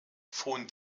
von